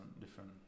different